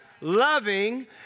loving